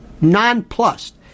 nonplussed